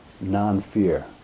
non-fear